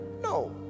No